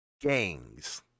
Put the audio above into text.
Gangs